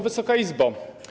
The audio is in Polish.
Wysoka Izbo!